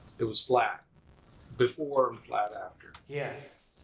it was flat before and flat after. yes,